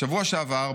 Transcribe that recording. בשבוע שעבר,